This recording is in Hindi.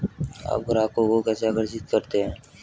आप ग्राहकों को कैसे आकर्षित करते हैं?